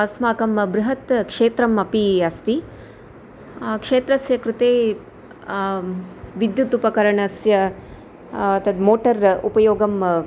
अस्माकं बृहत् क्षेत्रम् अपि अस्ति क्षेत्रस्य कृते विद्युदुपकरणस्य तद् मोटर् उपयोगम्